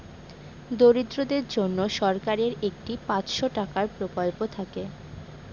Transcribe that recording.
দরিদ্রদের জন্য সরকারের একটি পাঁচশো টাকার প্রকল্প থাকে